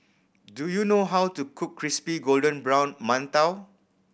do you know how to cook crispy golden brown mantou